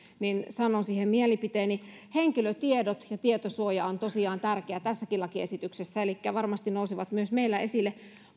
sanon siihen mielipiteeni henkilötiedot ja tietosuoja ovat tosiaan tärkeitä tässäkin lakiesityksessä elikkä varmasti nousevat myös meillä esille